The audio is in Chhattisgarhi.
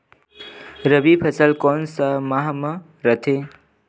रबी फसल कोन सा माह म रथे?